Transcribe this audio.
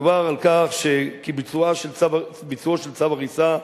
מדובר על כך כי ביצועו של צו הריסה,